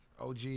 OG